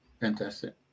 Fantastic